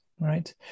right